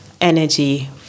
energy